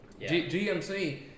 GMC